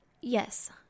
Yes